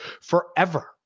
forever